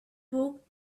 book